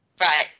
right